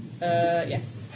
yes